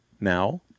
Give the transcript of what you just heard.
now